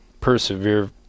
persevere